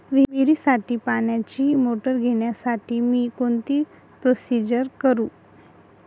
विहिरीसाठी पाण्याची मोटर घेण्यासाठी मी कोणती प्रोसिजर करु?